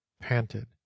panted